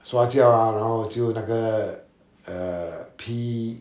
刷胶 ah 然后就那个 err p~